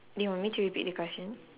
do you want me to repeat the question